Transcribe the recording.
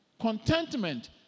contentment